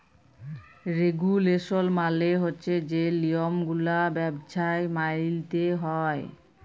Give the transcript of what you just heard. regulation মালে হছে যে লিয়মগুলা ব্যবছায় মাইলতে হ্যয়